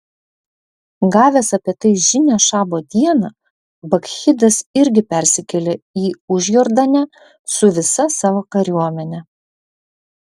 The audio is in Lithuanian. gavęs apie tai žinią šabo dieną bakchidas irgi persikėlė į užjordanę su visa savo kariuomene